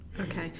Okay